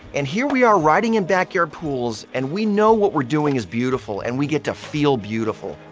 and here we are riding in backyard pools and we know what we're doing is beautiful, and we get to feel beautiful.